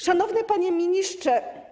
Szanowny Panie Ministrze!